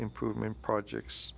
improvement projects